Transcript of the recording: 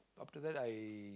after that I